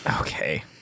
Okay